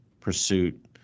pursuit